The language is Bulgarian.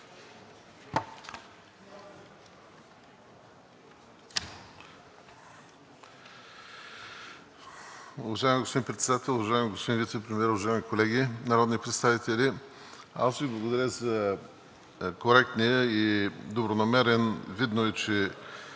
Уважаеми господин Председател, уважаеми господин Вицепремиер, уважаеми колеги народни представители! Благодаря Ви за коректния и добронамерен… Видно е, че